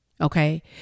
okay